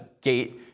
gate